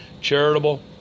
charitable